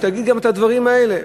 שתגיד גם את הדברים האלה?